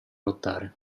lottare